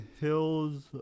Hills